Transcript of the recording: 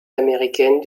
américaine